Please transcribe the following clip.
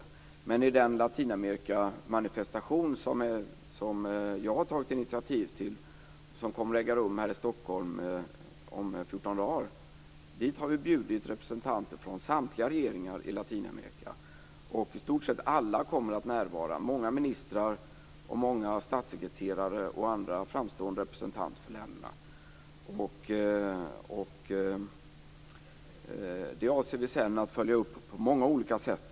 Till den Latinamerikamanifestation, som jag har tagit initiativ till och som kommer att äga rum här i Stockholm om 14 dagar, har vi inbjudit representanter från samtliga regeringar i Latinamerika. I stort sett alla kommer att närvara - många ministrar, många statssekreterare och andra framstående representanter. Vi avser att följa upp denna manifestation på många sätt.